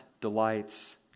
delights